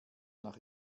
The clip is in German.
nach